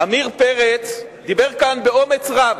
עמיר פרץ דיבר כאן באומץ רב,